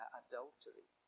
adultery